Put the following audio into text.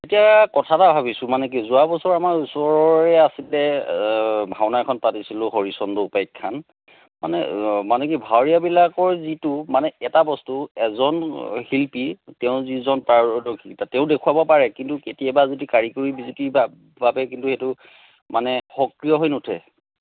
এতিয়া কথা এটা ভাবিছোঁ মানে কি যোৱা বছৰ আমাৰ ওচৰৰেই আছিলে ভাওনা এখন পাতিছিলোঁ হৰিচন্দ্ৰ উপাখ্যান মানে মানে কি ভাওৰীয়াবিলাকৰ যিটো মানে এটা বস্তু এজন শিল্পী তেওঁ যিজন পাৰদৰ্শিতা তেওঁ দেখুৱাব পাৰে কিন্তু কেতিয়াবা যদি কাৰিকৰি বিজুতি বাবে কিন্তু এইটো মানে সক্ৰিয় হৈ নুঠে